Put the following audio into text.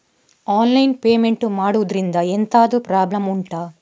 online payment ಮಾಡುದ್ರಿಂದ ಎಂತಾದ್ರೂ problem ಉಂಟಾ